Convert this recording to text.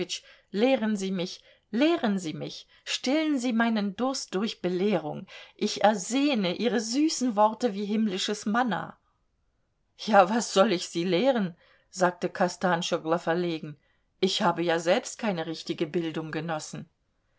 lehren sie mich lehren sie mich stillen sie meinen durst durch belehrung ich ersehne ihre süßen worte wie himmlisches manna ja was soll ich sie lehren sagte kostanschoglo verlegen ich habe ja selbst keine richtige bildung genossen